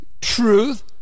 truth